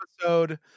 episode